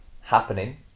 happening